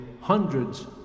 hundreds